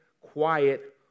quiet